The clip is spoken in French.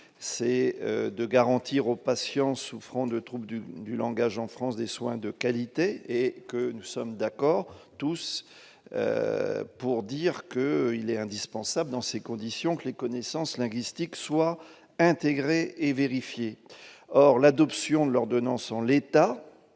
c'est de garantir aux patients souffrant de troupes du du langage en France des soins de qualité et que nous sommes d'accord tous pour dire que il est indispensable, dans ces conditions que les connaissances linguistiques soit intégrés et vérifier, or l'adoption de l'ordonnance en l'état,